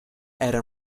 era